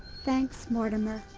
thanks, mortimer.